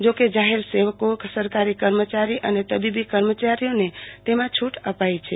જોકે જાહેર સેવકો સરકારી કર્મચારીઓ અને તબીબી કર્મ ચારીઓને તેમાં છૂટ આપી છે